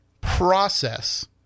process